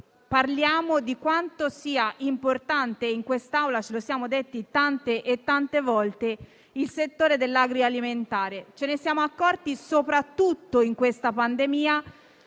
parliamo di quanto sia importante - e in quest'Aula lo abbiamo ripetuto tante volte - il settore dell'agroalimentare; ce ne siamo accorti soprattutto in questa pandemia,